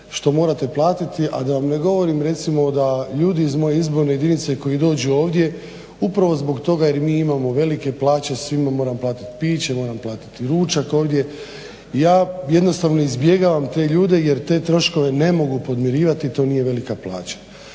što morate platiti, a da vam ne govorim recimo da ljudi iz moje izborne jedinice koji dođu ovdje upravo zbog toga jer mi imamo velike plaće, svima moram platit piće, moram platiti ručak ovdje i ja jednostavno izbjegavam te ljude jer te troškove ne mogu podmirivati, to nije velika plaća.